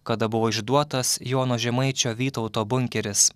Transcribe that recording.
kada buvo išduotas jono žemaičio vytauto bunkeris